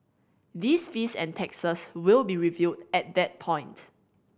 these fees and taxes will be reviewed at that point